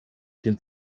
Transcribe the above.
den